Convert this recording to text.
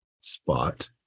spot